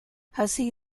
hussey